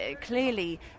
clearly